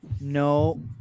No